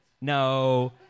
No